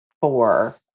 four